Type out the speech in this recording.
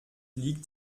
liegt